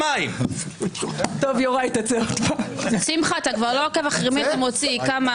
אותי לא צריך להוציא בשלוש קריאות.